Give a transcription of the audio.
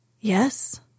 Yes